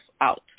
out